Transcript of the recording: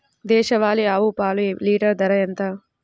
దేశవాలీ ఆవు పాలు లీటరు ధర ఎంత?